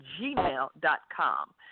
gmail.com